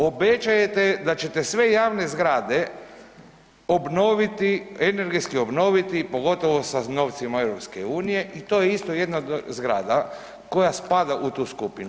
Obečajete da ćete sve javne zgrade obnoviti, energetski obnoviti pogotovo sa novcima EU i to je isto jedna od zgrada koja spada u tu skupinu.